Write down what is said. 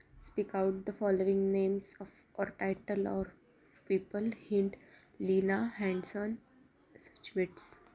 speak out the following names of or title or people hint Lina Handson Sachwits